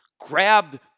grabbed